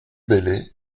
bellay